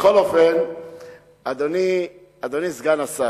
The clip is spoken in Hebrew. אדוני סגן השר,